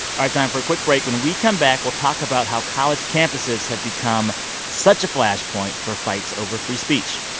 ah time for a quick break. when we come back, we'll talk about how college campuses have become such a flashpoint for fights over free speech.